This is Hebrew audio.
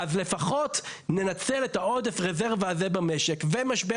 אז לפחות ננצל את העודף רזרבה הזה במשק ומשבר